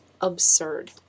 absurd